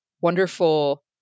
wonderful